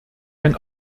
ein